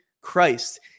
Christ